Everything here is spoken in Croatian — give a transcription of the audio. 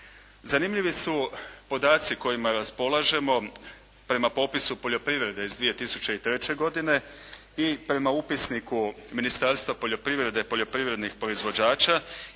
Zanimljivi su podaci kojima raspolažemo prema popisu poljoprivrede iz 2003. godine i prema upisniku Ministarstva poljoprivrede poljoprivrednih proizvođača